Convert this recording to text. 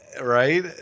Right